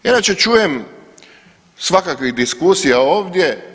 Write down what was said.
Inače čujem svakakvih diskusija ovdje.